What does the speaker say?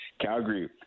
Calgary